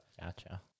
Gotcha